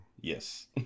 Yes